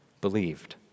believed